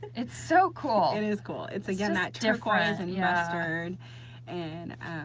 it's so cool. it is cool, it's again, that turquoise and yeah mustard and